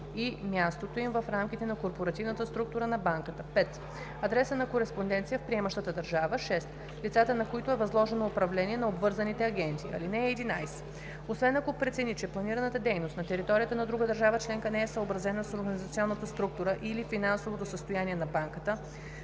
и мястото им в рамките на корпоративната структура на банката; 5. адреса за кореспонденция в приемащата държава; 6. лицата, на които е възложено управлението на обвързаните агенти. (11) Освен ако прецени, че планираната дейност на територията на друга държава членка не е съобразена с организационната структура или финансовото състояние на банката,